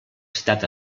citat